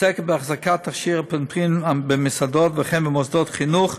עוסקת בהחזקת תכשיר אפינפרין במסעדות וכן במוסדות חינוך,